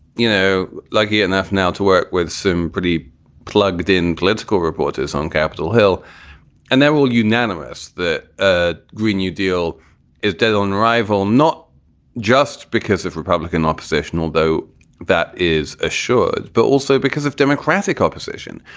you know, lucky enough now to work with some pretty plugged in political reporters on capitol hill and that will unanimous the ah green you deal is dead on arrival, not just because of republican opposition, although that is assured, but also because of democratic opposition.